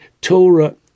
Torah